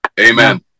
Amen